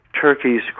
Turkey's